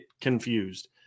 confused